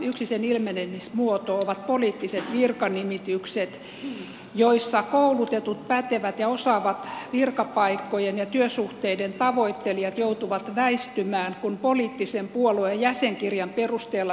yksi sen ilmenemismuoto ovat poliittiset virkanimitykset joissa koulutetut pätevät ja osaavat virkapaikkojen ja työsuhteiden tavoittelijat joutuvat väistymään kun poliittisen puolueen jäsenkirjan perusteella suoritetaan nimitys